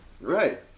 right